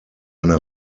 eine